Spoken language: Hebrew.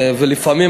ולפעמים,